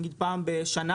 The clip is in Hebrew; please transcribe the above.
נגיד פעם בשנה,